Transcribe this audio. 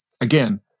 again